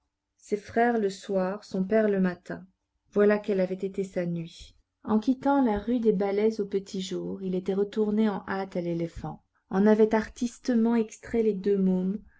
ses frères le soir son père le matin voilà quelle avait été sa nuit en quittant la rue des ballets au petit jour il était retourné en hâte à l'éléphant en avait artistement extrait les deux mômes